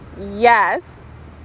yes